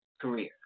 career